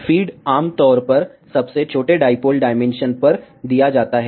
feed आमतौर पर सबसे छोटे डाईपोल डाइमेंशंस पर दिया जाता है